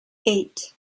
eight